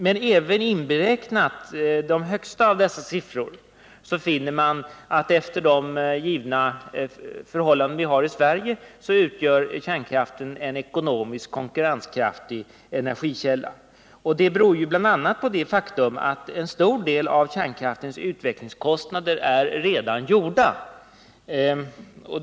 Men även inberäknat de högsta av dessa siffror finner man att kärnkraften efter de förhållanden vi har i Sverige utgör en ekonomiskt konkurrenskraftig energikälla. Det beror bl.a. på det faktum att en stor del av kärnkraftens utvecklingskostnader redan är finansierade.